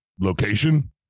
Location